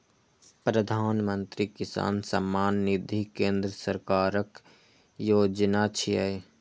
प्रधानमंत्री किसान सम्मान निधि केंद्र सरकारक योजना छियै